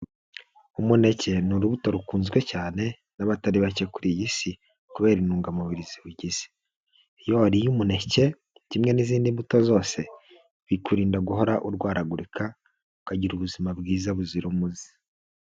Umuneke ni urubuto rukunzwe cyane n'abatari bake kuri iyi si kubera intungamubiri ziwugize. Iyo wariye umuneke kimwe n'izindi mbuto zose bikurinda guhora urwaragurika ukagira ubuzima bwiza buzira umuze.